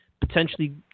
potentially